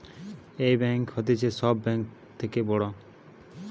এই ব্যাঙ্ক হতিছে সব থাকে বড় ব্যাঙ্ক